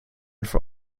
for